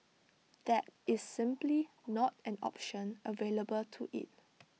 that is simply not an option available to IT